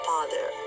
Father